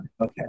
Okay